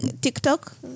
TikTok